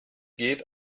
geht